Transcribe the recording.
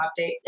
update